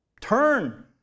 Turn